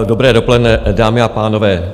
Dobré dopoledne, dámy a pánové.